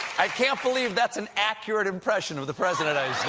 i can't believe that's an accurate impression of the president i